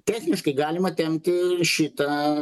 techniškai galima tempti šitą